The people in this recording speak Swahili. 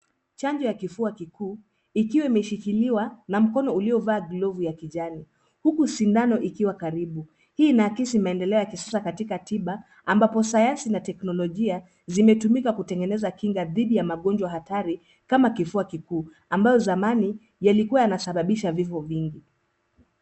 Chanjo ya kifua kikuu ikiwa imeshikiliwa na mkono uliovaa glovu ya kijani huku sindano ikiwa karibu, hii inaakisi maendeleo ya kisasa katika tiba ambapo sayansi na teknolojia zimetumika kutengeneza kinga didhi ya magonjwa hatari kama kifua kikuu.